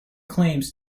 claims